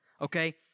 Okay